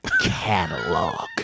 catalog